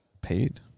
Paid